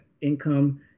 income